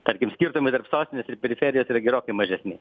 tarkim skirtumai tarp sostinės ir periferijos yra gerokai mažesni